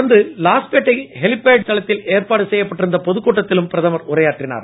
தொடர்ந்து லாஸ்பேட்டை ஹெலிகாப்டர் தளத்தில் ஏற்பாடு செய்யப் பட்டிருந்த பொதுக்கூட்டத்திலும் பிரதமர் உரையாற்றினார்